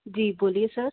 जी बोलिए सर